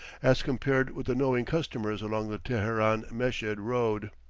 as compared with the knowing customers along the teheran-meshed road.